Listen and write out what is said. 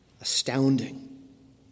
astounding